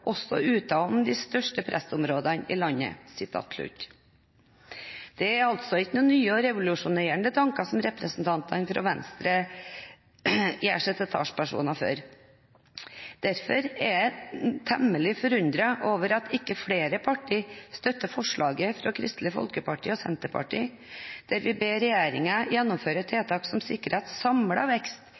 også utenom de større pressområdene i landet.» Det er altså ikke noen nye og revolusjonerende tanker som representantene fra Venstre gjør seg til talspersoner for. Derfor er jeg temmelig forundret over at ikke flere partier støtter forslaget fra Kristelig Folkeparti og Senterpartiet, der vi «ber regjeringen gjennomføre tiltak som sikrer at samlet vekst